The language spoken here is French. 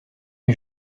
est